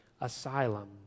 asylum